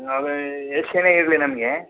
ಅದೇ ಏಷಿಯನೇ ಇರಲಿ ನಮಗೆ